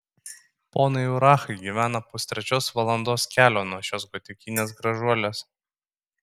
ponai urachai gyvena pustrečios valandos kelio nuo šios gotikinės gražuolės